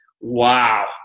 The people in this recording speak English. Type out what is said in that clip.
wow